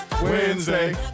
Wednesday